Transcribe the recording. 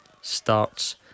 starts